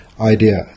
idea